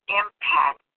impact